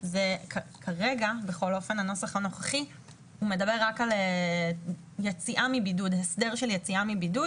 כרגע הנוסח הנוכחי מדבר רק על הסדר של יציאה מבידוד